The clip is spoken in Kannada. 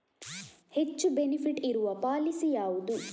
ಹೆಚ್ಚು ಬೆನಿಫಿಟ್ ಇರುವ ಪಾಲಿಸಿ ಯಾವುದು?